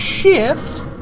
shift